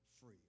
free